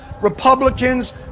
Republicans